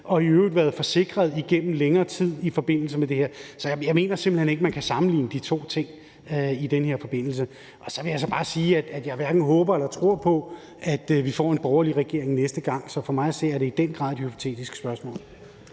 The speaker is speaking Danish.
og i øvrigt været forsikret igennem længere tid i forbindelse med det her. Så jeg mener simpelt hen ikke, man kan sammenligne de to ting. Og så vil jeg bare sige, at jeg hverken håber eller tror på, at vi får en borgerlig regering næste gang. Så for mig er det i den grad et hypotetisk spørgsmål.